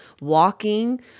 walking